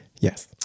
Yes